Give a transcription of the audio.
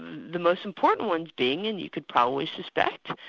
the most important ones being and you could probably suspect,